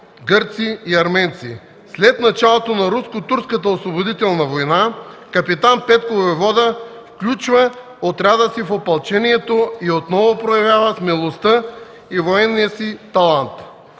гърци и арменци. След началото на Руско-турската освободителна война капитан Петко войвода включва отряда си в Опълчението и отново проявява смелостта и военния си талант.